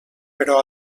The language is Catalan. però